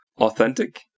authentic